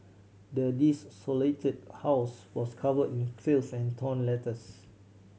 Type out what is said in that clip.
the desolated house was covered in filth and torn letters